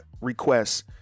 requests